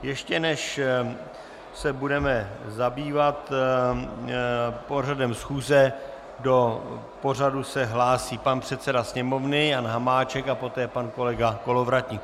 Ještě než se budeme zabývat pořadem schůze, do pořadu se hlásí pan předseda Sněmovny Jan Hamáček a poté pan kolega Kolovratník.